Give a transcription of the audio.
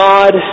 God